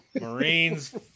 Marines